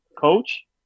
coach